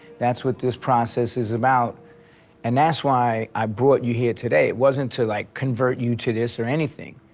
that's what this process is about and that's why i brought you here today. it wasn't like to like convert you to this or anything.